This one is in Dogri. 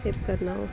फिर करना ओह्